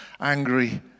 angry